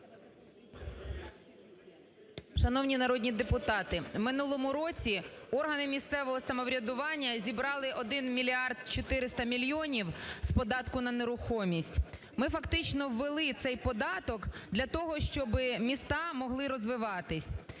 Шановні народні депутати! В минулому році органи місцевого самоврядування зібрали 1 мільярд 400 мільйонів з податку на нерухомість. Ми фактично ввели цей податок для того, щоб міста могли розвиватись.